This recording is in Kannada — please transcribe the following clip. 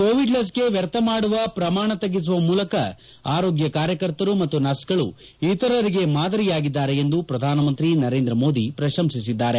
ಕೋವಿಡ್ ಲಸಿಕೆ ವ್ಹರ್ಥ ಮಾಡುವ ಪ್ರಮಾಣವನ್ನು ತಗ್ಗಿಸುವ ಮೂಲಕ ಆರೋಗ್ಡ ಕಾರ್ಯಕರ್ತರು ಮತ್ತು ನರ್ಸ್ಗಳು ಇತರರಿಗೆ ಮಾದರಿಯಾಗಿದ್ದಾರೆ ಎಂದು ಪ್ರಧಾನಮಂತ್ರಿ ನರೇಂದ್ರ ಮೋದಿ ಪ್ರಶಂಸಿಸಿದ್ದಾರೆ